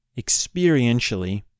experientially